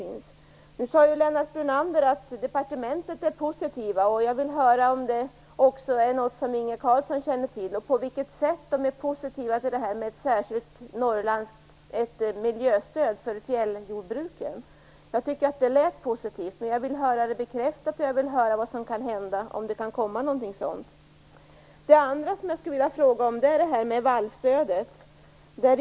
Lennart Brunander sade att departementet var positivt. Jag vill höra om det är något som också Inge Carlsson känner till. På vilket sätt är man positiv till ett miljöstöd för fjälljordbruken? Jag tycker att det lät positivt, men jag vill få det bekräftat. Jag vill höra vad som kan hända. Det andra jag skulle vilja fråga om gäller vallstödet.